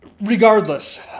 regardless